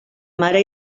mare